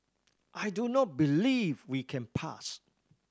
I do not believe we can pass